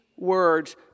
words